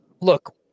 look